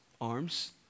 arms